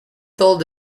told